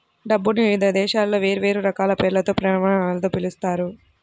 డబ్బుని వివిధ దేశాలలో వేర్వేరు రకాల పేర్లతో, ప్రమాణాలతో పిలుస్తారు